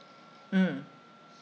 mm